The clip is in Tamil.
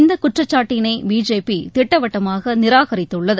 இந்த குற்றச்சாட்டினை பிஜேபி திட்டவட்டமாக நிராகரித்துள்ளது